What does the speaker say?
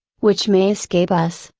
which may escape us,